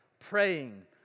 Praying